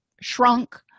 shrunk